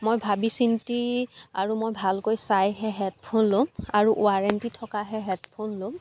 মই ভাবি চিন্তি আৰু মই ভালকৈ চাইহে হেডফোন ল'ম আৰু ৱাৰেণ্টি থকাহে হেডফোন ল'ম